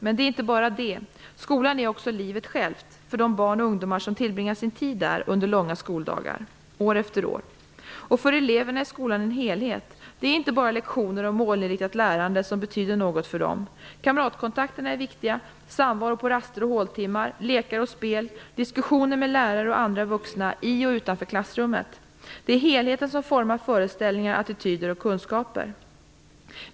Men det är inte bara det - skolan är också livet självt för de barn och ungdomar som tillbringar sin tid där, under långa skoldagar, år efter år. Och för eleverna är skolan en helhet. Det är inte bara lektioner och målinriktat lärande som betyder något för dem. Kamratkontakterna är viktiga, samvaro på raster och håltimmar, lekar och spel, diskussioner med lärare och andra vuxna i och utanför klassrummet. Det är helheten som formar föreställningar, attityder och kunskaper.